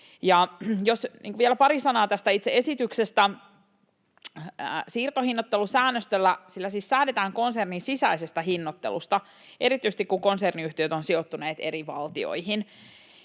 vielä pari sanaa tästä itse esityksestä: Siirtohinnoittelusäännöstöllä siis säädetään konsernin sisäisestä hinnoittelusta erityisesti, kun konserniyhtiöt ovat sijoittuneet eri valtioihin.